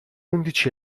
undici